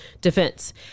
defense